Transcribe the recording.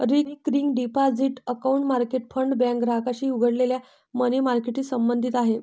recurring deposit account market fund bank ग्राहकांनी उघडलेल्या money मार्केटशी संबंधित आहे